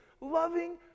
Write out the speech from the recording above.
loving